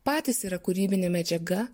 patys yra kūrybinė medžiaga